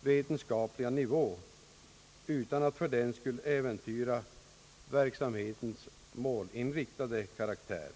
vetenskapliga nivå utan att för den skull äventyra verksamhetens målinriktade karaktär.